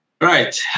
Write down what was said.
Right